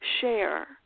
share